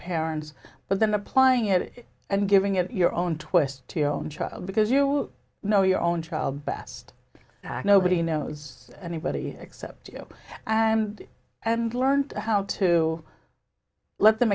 parents but then applying it and giving it your own twist to your own child because you know your own child best nobody knows anybody except you and and learned how to let them